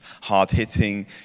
hard-hitting